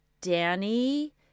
Danny